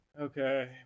Okay